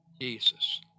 Jesus